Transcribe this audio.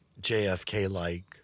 JFK-like